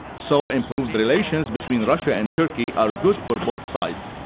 so improved relations between russia and turkey are good for both sides.